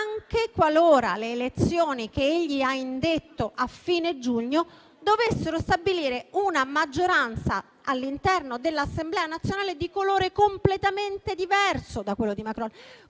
anche qualora le elezioni che egli ha indetto a fine giugno dovessero stabilire una maggioranza all'interno dell'Assemblea nazionale di colore completamente diverso dal suo.